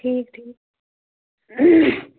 ٹھیٖک ٹھیٖک